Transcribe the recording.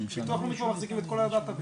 ביטוח לאומי מחזיקים את כל הדאטה בייס.